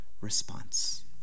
response